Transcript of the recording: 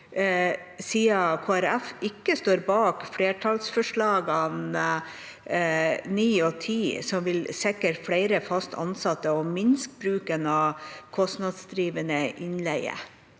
Folkeparti ikke står bak flertallsforslagene nr. 9 og 10, som vil sikre flere fast ansatte og minske bruken av kostnadsdrivende innleie?